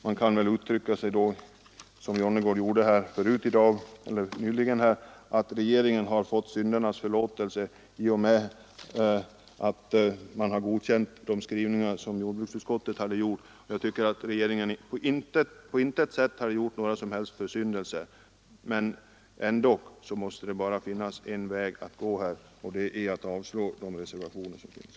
Man kan uttrycka det så, som herr Jonnergård gjorde tidigare, att regeringen har fått syndernas förlåtelse i och med att riksdagen godkänt jordbruksutskottets skrivning. Regeringen har på intet sätt, tycker jag, gjort sig skyldig till några försyndelser och behöver således ingen syndernas förlåtelse. Här finns bara en väg att gå, och det är att avslå reservationerna.